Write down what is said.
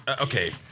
Okay